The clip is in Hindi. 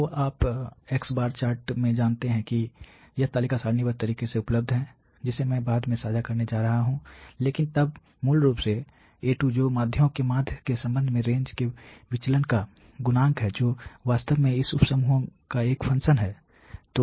तो आप x चार्ट में जानते हैं कि यह तालिका सारणीबद्ध तरीके से उपलब्ध है जिसे मैं बाद में साझा करने जा रहा हूं लेकिन तब मूल रूप से A2 जो कि माध्ययों के माध्य के संबंध में रेंज के विचलन का गुणांक है जो वास्तव में इस उप समूहों का एक फंक्शन है